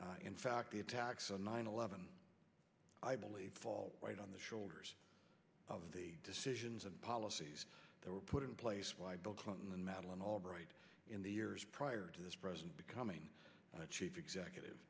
attack in fact the attacks on nine eleven i believe fall right on the shoulders of the decisions and policies that were put in place by bill clinton and madeleine albright in the years prior to this president becoming a chief executive